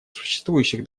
существующих